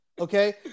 okay